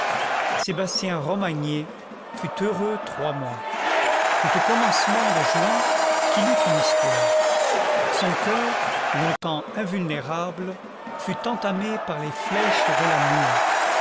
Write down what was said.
sébastien romagné fut heureux trois mois c'est au commencement de juin qu'il eut une histoire son cœur longtemps invulnérable fut entamé par les flèches de l'amour